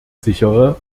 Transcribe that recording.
sichere